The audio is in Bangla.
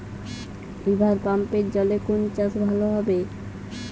রিভারপাম্পের জলে কোন চাষ ভালো হবে?